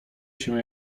się